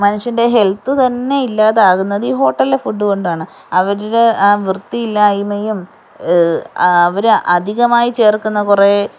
മനുഷ്യൻ്റെ ഹെൽത്ത് തന്നെ ഇല്ലാതാക്ന്നതീ ഹോട്ടൽലെ ഫുഡ്ഡ് കൊണ്ടാണ് അവരുടെ ആ വൃത്തിയില്ലായ്മയും അവർ അധികമായി ചേർക്കുന്ന കുറെ